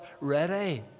ready